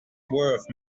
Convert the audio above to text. worth